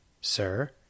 Sir